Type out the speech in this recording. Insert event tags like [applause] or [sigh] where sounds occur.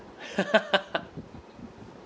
[laughs]